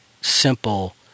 simple